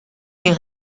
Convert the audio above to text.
les